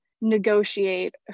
negotiate